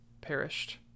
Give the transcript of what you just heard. perished